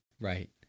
Right